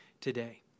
today